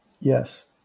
Yes